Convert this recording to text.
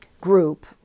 group